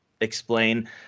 explain